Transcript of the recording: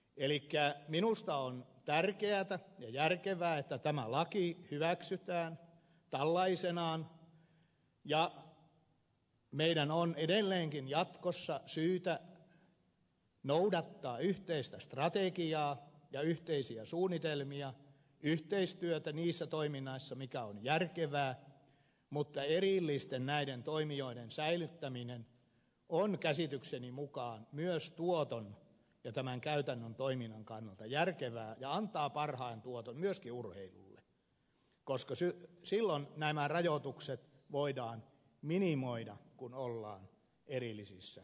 elikkä minusta on tärkeätä ja järkevää että tämä laki hyväksytään tällaisenaan ja meidän on edelleenkin jatkossa syytä noudattaa yhteistä strategiaa ja yhteisiä suunnitelmia yhteistyötä niissä toiminnoissa mitkä ovat järkeviä mutta näiden erillisten toimijoiden säilyttäminen on käsitykseni mukaan myös tuoton ja tämän käytännön toiminnan kannalta järkevää ja antaa parhaan tuoton myöskin urheilulle koska silloin nämä rajoitukset voidaan minimoida kun ollaan erillisissä organisaatioissa